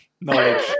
Knowledge